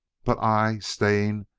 but i, staying,